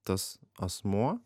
tas asmuo